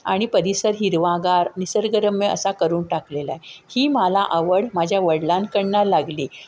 आणि परिसर हिरवागार निसर्गरम्य असा करून टाकलेला आहे ही मला आवड माझ्या वडिलांकडनं लागली